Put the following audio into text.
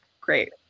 great